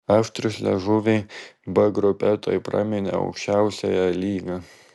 aštrūs liežuviai b grupę tuoj praminė aukščiausiąja lyga